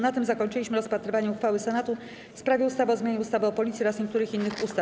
Na tym zakończyliśmy rozpatrywanie uchwały Senatu w sprawie ustawy o zmianie ustawy o Policji oraz niektórych innych ustaw.